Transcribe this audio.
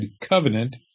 covenant